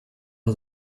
all